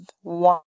one